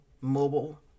mobile